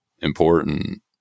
important